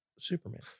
Superman